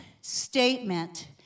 statement